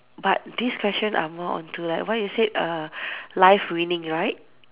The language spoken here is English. but this question are more onto like what you said err life winning right